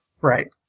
Right